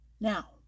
now